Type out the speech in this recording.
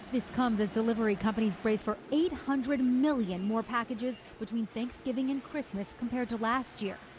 this comes as delivery companies brace for eight hundred million more packages between thanksgiving and christmas compared to last year.